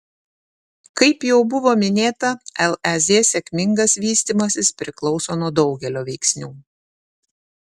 kaip jau buvo minėta lez sėkmingas vystymasis priklauso nuo daugelio veiksnių